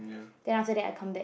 then after that I come back